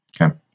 okay